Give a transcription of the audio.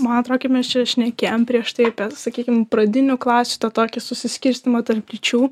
ma atro kaip mes čia šnekėjom prieš tai sakykim pradinių klasių tą tokį susiskirstymą tarp lyčių